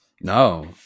No